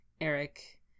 Eric